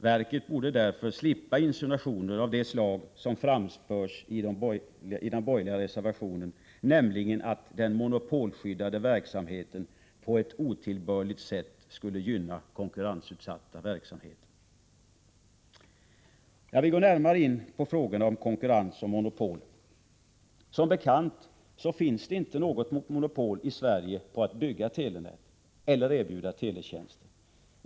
Verket borde därför slippa insinuationer av det slag som framförs i den borgerliga reservationen, nämligen att den monopolskyddade verksamheten på ett otillbörligt sätt skulle gynna konkurrensutsatta verksamheter. Jag vill gå närmare in på frågorna om konkurrens och monopol. Som bekant finns det inte något monopol i Sverige för att bygga telenät eller erbjuda teletjänster.